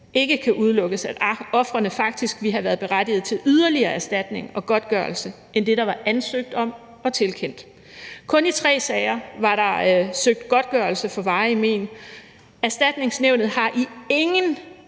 ikke kan udelukkes, at ofrene faktisk ville have været berettiget til yderligere erstatning og godtgørelse end det, der var ansøgt om og tilkendt. Kun i tre sager var der søgt godtgørelse for varige men. Erstatningsnævnet har i ingen